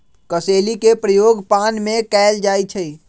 कसेली के प्रयोग पान में कएल जाइ छइ